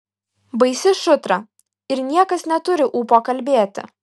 baisi šutra ir niekas neturi ūpo kalbėti